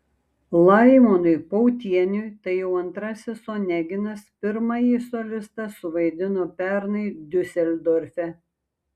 laimonui pautieniui tai jau antrasis oneginas pirmąjį solistas suvaidino pernai diuseldorfe